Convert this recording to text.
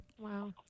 Wow